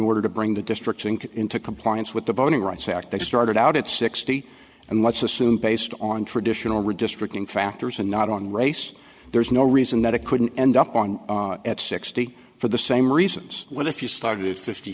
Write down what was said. order to bring the districts in into compliance with the voting rights act they started out at sixty and let's assume based on traditional redistricting factors and not on race there's no reason that it couldn't end up on at sixty for the same reasons well if you started it fifty